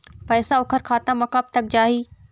पैसा ओकर खाता म कब तक जाही?